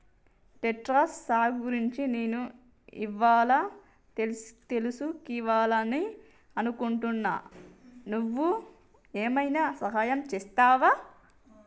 terrace సాగు గురించి నేను ఇవ్వాళా తెలుసుకివాలని అనుకుంటున్నా నువ్వు ఏమైనా సహాయం చేస్తావా